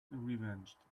revenged